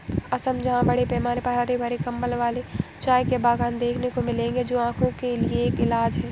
असम जहां बड़े पैमाने पर हरे भरे कंबल वाले चाय के बागान देखने को मिलेंगे जो आंखों के लिए एक इलाज है